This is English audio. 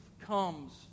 comes